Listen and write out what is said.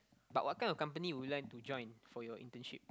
but what kind of company would you like to join for your internship